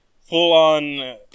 full-on